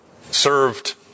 served